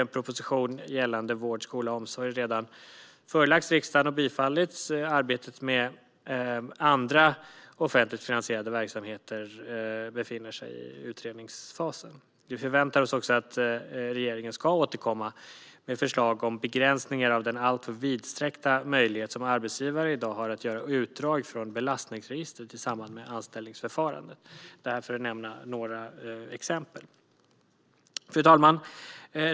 En proposition gällande vård, skola och omsorg har redan förelagts riksdagen och bifallits. Arbetet med andra offentligt finansierade verksamheter befinner sig i utredningsfasen. Vi förväntar oss också att regeringen ska återkomma med förslag om begränsningar av den alltför vidsträckta möjlighet som arbetsgivare i dag har att göra utdrag från belastningsregistret i samband med anställningsförfaranden. Jag tog upp detta för att nämna några exempel. Fru talman!